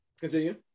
continue